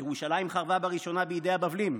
ירושלים חרבה בראשונה בידי הבבלים,